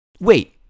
Wait